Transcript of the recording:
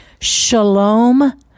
shalom